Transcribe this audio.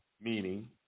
meaning